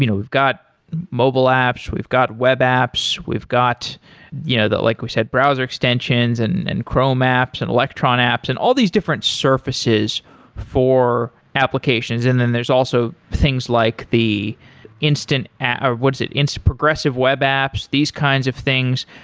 you know we've got mobile apps, we've got web apps, we've got you know that like we said, browser extensions and and chrome apps and electron apps and all these different surfaces for applications. and then there's also things like the instant, or what's it? progressive web apps, these kinds of things.